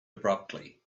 abruptly